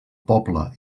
poble